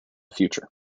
future